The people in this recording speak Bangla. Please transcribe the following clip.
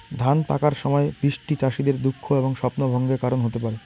ধান পাকার সময় বৃষ্টি চাষীদের দুঃখ এবং স্বপ্নভঙ্গের কারণ হতে পারে